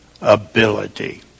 ability